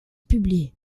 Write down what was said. publie